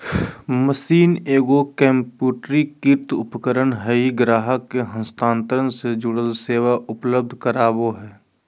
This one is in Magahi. मशीन एगो कंप्यूटरीकृत उपकरण हइ ग्राहक के हस्तांतरण से जुड़ल सेवा उपलब्ध कराबा हइ